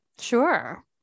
sure